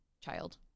child